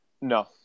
No